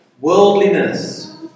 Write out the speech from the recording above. Worldliness